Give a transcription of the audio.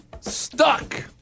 stuck